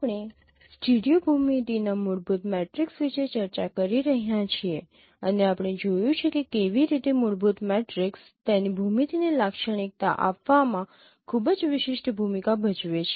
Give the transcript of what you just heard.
આપણે સ્ટીરિયો ભૂમિતિ ના મૂળભૂત મેટ્રિક્સ વિશે ચર્ચા કરી રહ્યા છીએ અને આપણે જોયું છે કે કેવી રીતે મૂળભૂત મેટ્રિક્સ તેની ભૂમિતિ ને લાક્ષણિકતા આપવામાં ખૂબ જ વિશિષ્ટ ભૂમિકા ભજવે છે